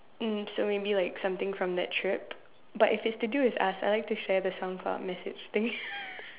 mm so maybe like something from that trip but if it's to do with us I like to share the soundcloud message thing